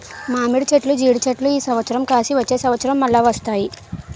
మామిడి చెట్లు జీడి చెట్లు ఈ సంవత్సరం కాసి వచ్చే సంవత్సరం మల్ల వస్తాయి